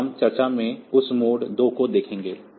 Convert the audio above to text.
तो हम चर्चा में उस मोड 2 को देखेंगे